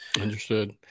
understood